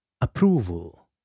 approval